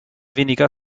weniger